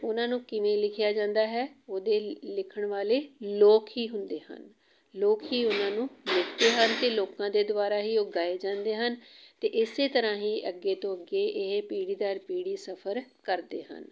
ਉਹਨਾਂ ਨੂੰ ਕਿਵੇਂ ਲਿਖਿਆ ਜਾਂਦਾ ਹੈ ਉਹਦੇ ਲਿਖਣ ਵਾਲੇ ਲੋਕ ਹੀ ਹੁੰਦੇ ਹਨ ਲੋਕ ਹੀ ਉਹਨਾਂ ਨੂੰ ਲਿਖਦੇ ਹਨ ਅਤੇ ਲੋਕਾਂ ਦੇ ਦੁਆਰਾ ਹੀ ਉਹ ਗਾਏ ਜਾਂਦੇ ਹਨ ਅਤੇ ਇਸ ਤਰ੍ਹਾਂ ਹੀ ਅੱਗੇ ਤੋਂ ਅੱਗੇ ਇਹ ਪੀੜ੍ਹੀ ਦਰ ਪੀੜ੍ਹੀ ਸਫ਼ਰ ਕਰਦੇ ਹਨ